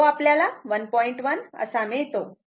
11 असा मिळतो